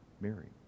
Mary